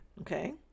Okay